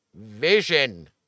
Vision